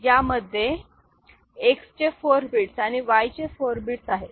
यामध्ये X four bits आणि Y four bits आहेत